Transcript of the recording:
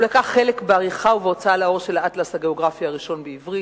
הוא לקח חלק בעריכה ובהוצאה לאור של האטלס הגיאוגרפי הראשון בעברית,